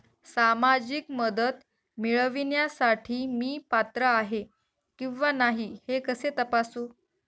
सामाजिक मदत मिळविण्यासाठी मी पात्र आहे किंवा नाही हे कसे तपासू?